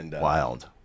Wild